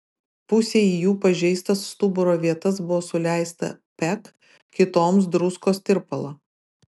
pusei jų į pažeistas stuburo vietas buvo suleista peg kitoms druskos tirpalo